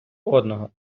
одного